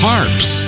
Harps